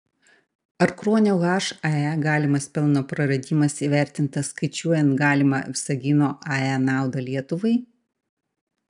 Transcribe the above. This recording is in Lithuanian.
ar kruonio hae galimas pelno praradimas įvertintas skaičiuojant galimą visagino ae naudą lietuvai